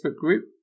group